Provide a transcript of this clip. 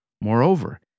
Moreover